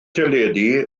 teledu